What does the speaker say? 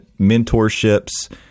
mentorships